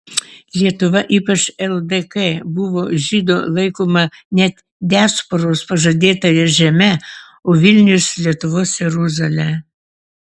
lietuva ypač ldk buvo žydų laikoma net diasporos pažadėtąja žeme o vilnius lietuvos jeruzale